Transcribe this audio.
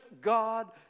God